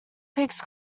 pigs